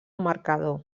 marcador